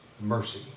mercy